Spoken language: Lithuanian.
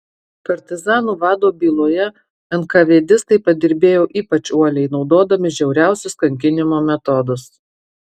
partizanų vado byloje enkavėdistai padirbėjo ypač uoliai naudodami žiauriausius kankinimo metodus